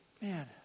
man